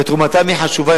ותרומתם היא חשובה.